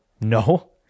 no